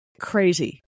crazy